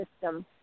system